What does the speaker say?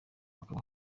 hakaba